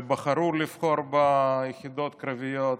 בחרו ביחידות קרביות,